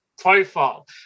Profile